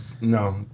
no